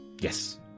yes